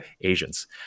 Asians